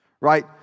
Right